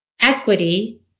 Equity